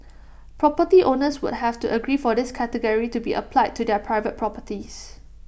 property owners would have to agree for this category to be applied to their private properties